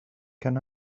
can